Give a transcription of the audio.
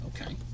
okay